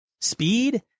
speed